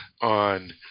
on